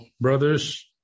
brothers